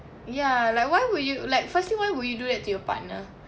ya like why would you like firstly why would you do that to your partner